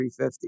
350